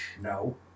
No